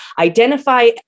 identify